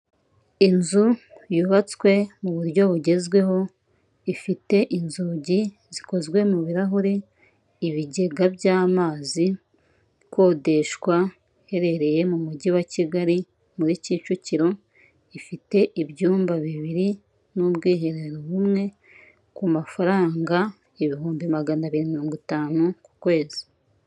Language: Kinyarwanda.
Inzu yubatswe mu buryo bugezweho ifite izugi zikozwe mu birahure, ibigega by'amazi, ikodeshwa iherereye mi mujyi wa Kigali muri Kicukiro ifite ibyumba bibiri n'ubwiherero bumwe ku mafaranga ibihumbi maganabiri mirongo itanu ku kwezi.